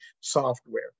software